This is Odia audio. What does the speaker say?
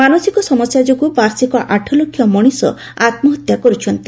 ମାନସିକ ସମସ୍ୟା ଯୋଗୁଁ ବାର୍ଷିକ ଆଠଲକ୍ଷ ମଣିଷ ଆତୁହତ୍ୟା କରୁଛନ୍ତି